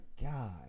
God